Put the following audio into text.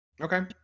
Okay